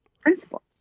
principles